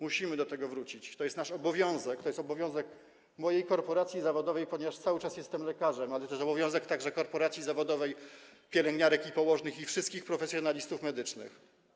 Musimy do tego wrócić, to jest nasz obowiązek, to jest obowiązek mojej korporacji zawodowej, ponieważ cały czas jestem lekarzem, ale to jest obowiązek także korporacji zawodowej pielęgniarek i położnych, i wszystkich profesjonalistów medycznych.